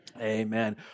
Amen